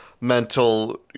mental